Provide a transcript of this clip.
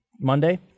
monday